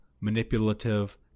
manipulative